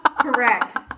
Correct